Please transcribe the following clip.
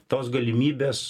tos galimybės